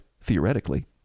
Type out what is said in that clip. theoretically